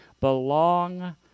belong